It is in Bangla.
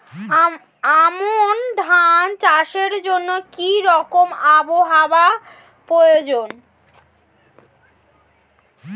আমন ধান চাষের জন্য কি রকম আবহাওয়া প্রয়োজন?